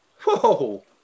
Whoa